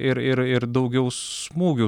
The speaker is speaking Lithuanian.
ir ir ir daugiau smūgių